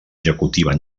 executiva